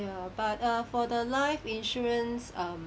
yeah but err for the life insurance um